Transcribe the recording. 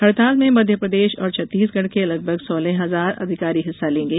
हड़ताल में मध्यप्रदेश और छत्तीसगढ़ के लगभग सोलह हजार अधिकारी हिस्सा लेंगे